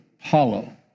hollow